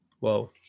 Whoa